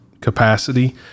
capacity